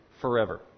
forever